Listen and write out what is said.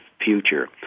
future